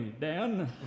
Dan